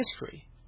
history